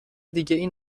دیگهای